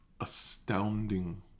astounding